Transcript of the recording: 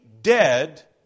dead